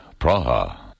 Praha